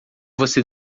você